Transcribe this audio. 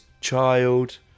Child